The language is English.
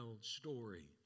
story